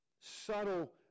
subtle